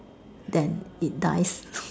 then it dies